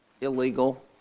illegal